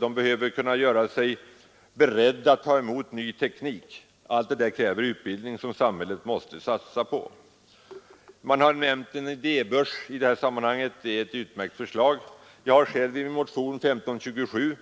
De behöver göra sig beredda att ta emot ny teknik. Allt det där kräver utbildning som samhället måste satsa på. En idébörs har nämnts i det här sammanhanget. Det är ett utmärkt förslag. Jag har själv i motionen 1527